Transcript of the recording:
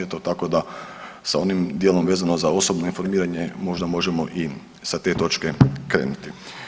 Eto tako da sa onim dijelom vezano za osobno informiranje možda možemo i sa te točke krenuti.